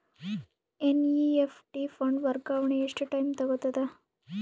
NEFT fund ವರ್ಗಾವಣೆ ಎಷ್ಟ time ತೋಗೊತದ?